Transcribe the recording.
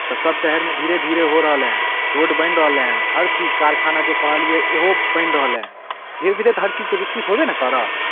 तऽ सब शहरमे धीरे धीरे हो रहलै हँ रोड बनि रहलै हन हर चीज कारखाना जे कहलियै ओहो बनि रहलै हँ धीरे धीरे तऽ हर चीजके बिकसित होबे नऽ करत